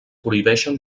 prohibeixen